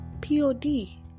p-o-d